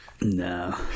No